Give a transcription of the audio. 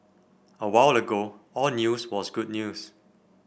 a while ago all news was good news